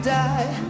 die